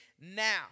now